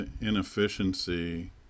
inefficiency